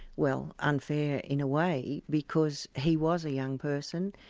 well, unfair in a way, because he was a young person.